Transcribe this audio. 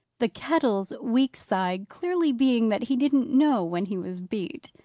the kettle's weak side clearly being that he didn't know when he was beat.